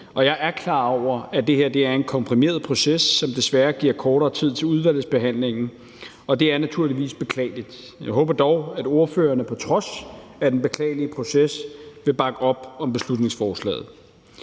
Jeg er klar over, at det her er en komprimeret proces, som desværre giver kortere tid til udvalgsbehandlingen, og det er naturligvis beklageligt. Jeg håber dog, at ordførerne på trods af den beklagelige proces vil bakke op om beslutningsforslaget.